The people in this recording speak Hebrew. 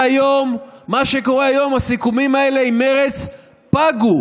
והיום, מה שקורה היום, הסיכומים האלה עם מרצ פגו.